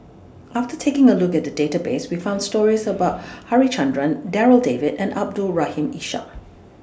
after taking A Look At The Database We found stories about Harichandra Darryl David and Abdul Rahim Ishak